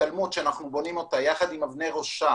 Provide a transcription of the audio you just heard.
השתלמות שאנחנו בונים אותה יחד עם אבנר ראשה